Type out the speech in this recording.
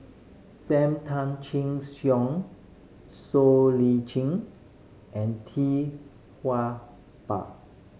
Sam Tan Chin Siong Siow Lee Chin and Tee Tua Ba